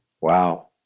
Wow